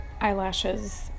eyelashes